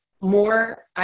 more